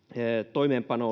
toimeenpano